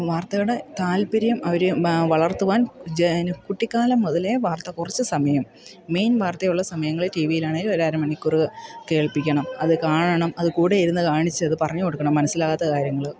വാർത്തയുടെ താല്പര്യം അവർ വളർത്തുവാൻ കുട്ടിക്കാലം മുതലേ വാർത്ത കുറച്ച് സമയം മെയിൻ വാർത്തയുള്ള സമയങ്ങളിൽ ടി വിയിലാണെങ്കിലും ഒരര മണിക്കൂർ കേൾപ്പിക്കണം അതു കാണണം അതു കൂടെ ഇരുന്നു കാണിച്ചത് പറഞ്ഞു കൊടുക്കണം മനസ്സിലാകാത്ത കാര്യങ്ങൾ